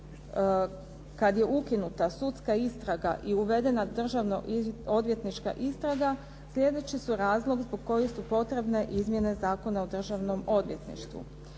kada je ukinuta sudska istraga i uvedena državno odvjetnička istraga sljedeći su razlog zbog kojeg su potrebne izmjene Zakona o državnom odvjetništvu.